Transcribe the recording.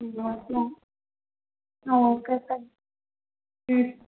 okay సరే